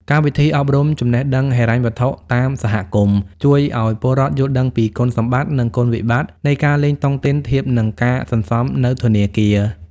កម្មវិធីអប់រំចំណេះដឹងហិរញ្ញវត្ថុតាមសហគមន៍ ជួយឱ្យពលរដ្ឋយល់ដឹងពីគុណសម្បត្តិ និងគុណវិបត្តិនៃការលេងតុងទីនធៀបនឹងការសន្សំនៅធនាគារ។